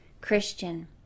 Christian